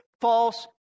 false